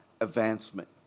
advancement